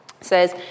says